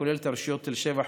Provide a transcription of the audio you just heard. הכולל את הרשויות תל שבע,